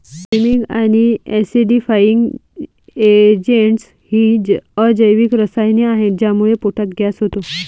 liming आणि acidifying agents ही अजैविक रसायने आहेत ज्यामुळे पोटात गॅस होतो